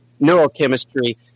neurochemistry